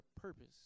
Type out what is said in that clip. purpose